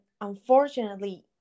unfortunately